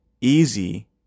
easy